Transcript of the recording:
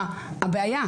מה הבעיה?